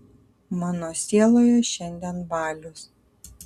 mano sieloje šiandien balius